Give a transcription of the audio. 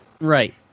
right